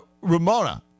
Ramona